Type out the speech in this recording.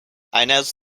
ines